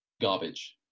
garbage